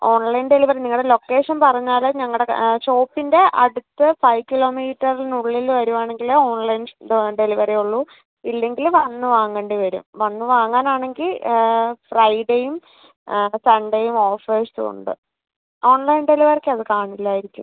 online delivery നിങ്ങളെ location പറഞ്ഞാൽ ഞങ്ങളുടെ ഷോപ്പിൻ്റെ അടുത്ത് ഫൈവ് കിലോമീറ്ററിനുള്ളിൽ വരുവാണെങ്കിൽ ഓൺലൈൻ ആ ഡെലിവറി ഉള്ളൂ ഇല്ലെങ്കിൽ വന്ന് വാങ്ങേണ്ടി വരും വന്ന് വാങ്ങാനാണെങ്കിൽ ഫ്രൈഡേയും സൺഡേയും ഓഫേഴ്സുണ്ട് ഓൺലൈൻ ഡെലിവറിക്കത് കാണില്ലായിരിക്കും